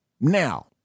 Now